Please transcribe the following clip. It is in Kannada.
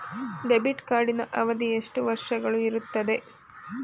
ಡೆಬಿಟ್ ಕಾರ್ಡಿನ ಅವಧಿ ಎಷ್ಟು ವರ್ಷಗಳು ಇರುತ್ತದೆ?